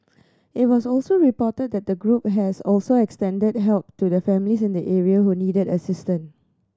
it was also reported that the group has also extended help to families in the area who needed assistance